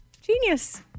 genius